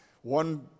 One